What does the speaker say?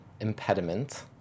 impediment